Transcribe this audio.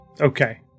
Okay